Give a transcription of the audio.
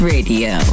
Radio